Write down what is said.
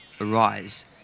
Arise